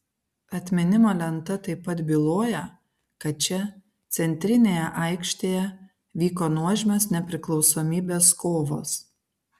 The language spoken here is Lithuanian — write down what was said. atminimo lenta taip pat byloja kad čia centrinėje aikštėje vyko nuožmios nepriklausomybės kovos